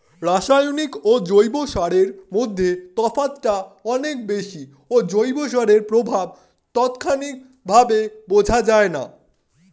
রাসায়নিক ও জৈব সারের মধ্যে তফাৎটা অনেক বেশি ও জৈব সারের প্রভাব তাৎক্ষণিকভাবে বোঝা যায়না